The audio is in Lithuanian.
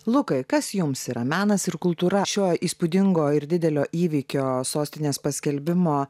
lukai kas jums yra menas ir kultūra šio įspūdingo ir didelio įvykio sostinės paskelbimo